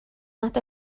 nad